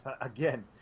again